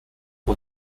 قطب